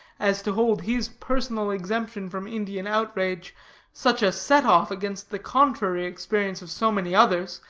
as to hold his personal exemption from indian outrage such a set-off against the contrary experience of so many others,